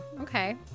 okay